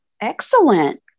Excellent